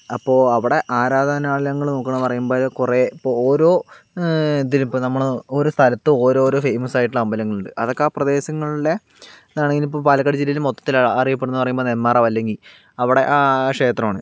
അപ്പോൾ അവിടെ ആരാധനാലയങ്ങള് നോക്കാണെന്ന് പറയുമ്പോൾ കുറെ ഇപ്പോൾ ഓരോ ഇതിലും ഇപ്പോൾ നമ്മളെ ഓരോ സ്ഥലത്ത് ഓരോരോ ഫെയിമസ് ആയിട്ടുള്ള അമ്പലങ്ങളുണ്ട് അതൊക്കെ ആ പ്രദേശങ്ങളിലെ ആണെങ്കിൽ ഇപ്പോൾ പാലക്കാട് ജില്ലയിലെ മൊത്തത്തിൽ അറിയപ്പെടുന്നന്ന് പറയുമ്പോൾ നെന്മാറ വല്ലങ്കി അവടെ ആ ക്ഷേത്രണ്